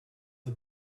the